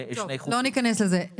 לא ניכנס לזה.